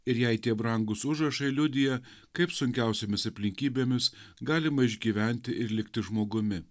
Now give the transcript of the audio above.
ir jai tie brangūs užrašai liudija kaip sunkiausiomis aplinkybėmis galima išgyventi ir likti žmogumi